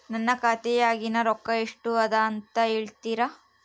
ನನ್ನ ಖಾತೆಯಾಗಿನ ರೊಕ್ಕ ಎಷ್ಟು ಅದಾ ಅಂತಾ ಹೇಳುತ್ತೇರಾ?